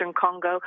Congo